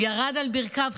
הוא ירד על ברכיו,